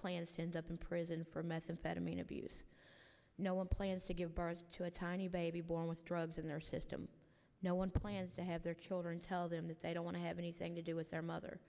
plans to end up in prison for methamphetamine abuse no one plans to give birth to a tiny baby born with drugs in their system no one plans to have their children tell them that they don't want to have anything to do with their mother